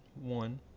One